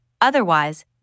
Otherwise